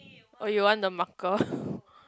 oh you want the marker